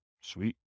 Sweet